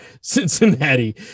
Cincinnati